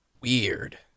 Weird